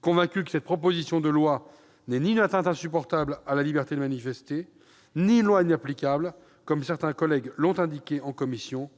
Convaincus que cette proposition de loi n'est ni une atteinte insupportable à la liberté de manifester ni une loi inapplicable, comme certains collègues l'ont affirmé en commission,